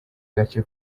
gace